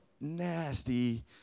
nasty